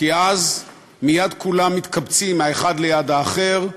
כי אז מייד כולם מתקבצים האחד ליד האחר,